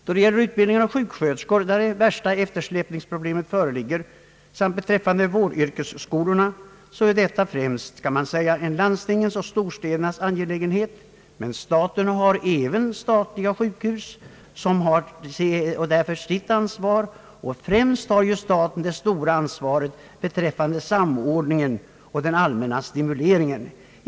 Då det gäller utbildningen av sjuksköterskor, där det värsta eftersläpningsproblemet föreligger, samt beträffande vårdyrkesskolorna är detta främst, kan man säga, en landstingens och storstädernas angelägenhet. Men staten har även egna sjukhus och sitt ansvar för dem. Främst har ju staten det stora ansvaret beträffande samordningen och den allmänna stimuleringen.